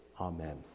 Amen